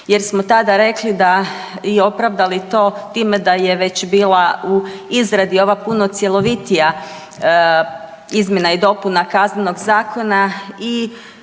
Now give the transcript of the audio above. jer smo tada rekli da i opravdali to time da je već bila u izradi ova puno cjelovitija izmjena i dopuna KZ-a i zaista